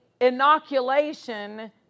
inoculation